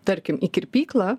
tarkim į kirpyklą